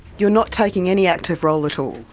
you are not taking any active role at all?